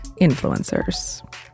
influencers